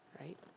right